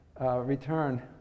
return